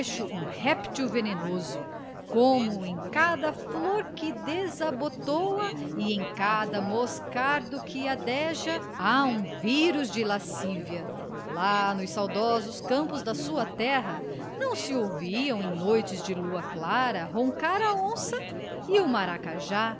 um réptil venenoso como em cada flor que desabotoa e em cada moscardo que adeja há um vírus de lascívia lá nos saudosos campos da sua terra não se ouvia em noites de lua clara roncar a onça e o maracajá